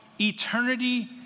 eternity